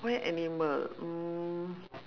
where animal mm